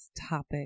Topic